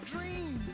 dream